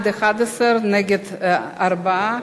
בעד, 11, נגד, 4,